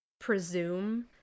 presume